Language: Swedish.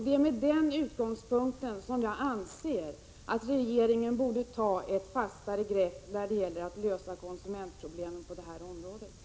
Det är med den utgångspunkten jag anser att regeringen borde ta ett fastare grepp när det gäller att lösa konsumentproblemen på det här området.